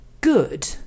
good